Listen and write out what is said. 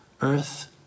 Earth